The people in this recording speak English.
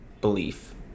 belief